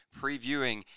previewing